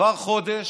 עברו חודש,